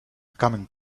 coming